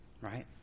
right